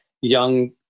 young